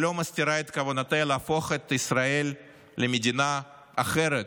שלא מסתירה את כוונותיה להפוך את ישראל למדינה אחרת,